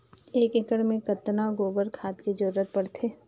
एक एकड़ मे कतका गोबर खाद के जरूरत पड़थे?